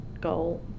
goal